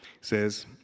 Says